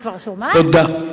אני כבר שומעת, תודה.